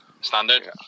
standard